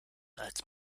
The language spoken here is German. als